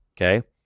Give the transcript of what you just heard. Okay